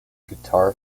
guitar